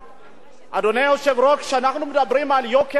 אדוני היושב-ראש, כשאנחנו מדברים על יוקר המחיה,